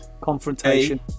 confrontation